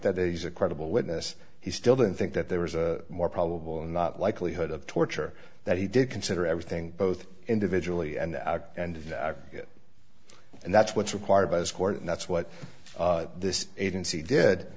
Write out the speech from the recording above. that he's a credible witness he still didn't think that there was a more probable and not likelihood of torture that he did consider everything both individually and and out and that's what's required by this court and that's what this agency did